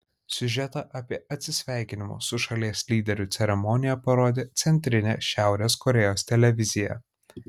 siužetą apie atsisveikinimo su šalies lyderiu ceremoniją parodė centrinė šiaurės korėjos televizija